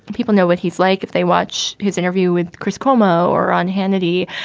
people know what he's like if they watch his interview with chris cuomo or on hannity.